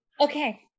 Okay